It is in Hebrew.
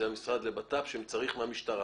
המשרד לביטחון פנים והמשטרה.